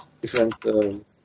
different